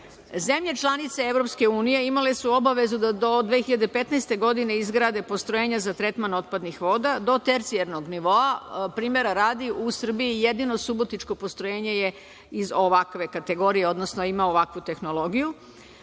Zemlje članice EU imale su obavezu da do 2015. godine izgrade postrojenja za tretman otpadnih voda do tercijarnog nivoa, primera radi, u Srbiji jedino subotičko postrojenje je iz ovakve kategorije, odnosno ima ovakvu tehnologiju,